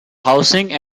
housing